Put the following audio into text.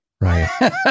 Right